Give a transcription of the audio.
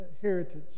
heritage